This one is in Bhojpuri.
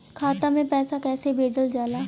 खाता में पैसा कैसे भेजल जाला?